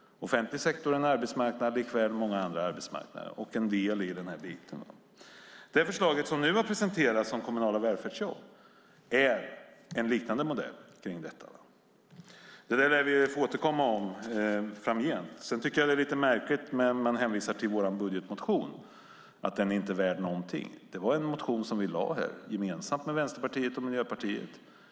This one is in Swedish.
Offentlig sektor är en arbetsmarknad bland många andra och en del i det hela. Det förslag om kommunala välfärdsjobb som nu har presenterats är en liknande modell. Vi lär få återkomma till det framöver. Det är lite märkligt att man hänvisar till vår budgetmotion och säger att vårt förslag inte är värt någonting. Det var en motion som vi väckte gemensamt med Vänsterpartiet och Miljöpartiet.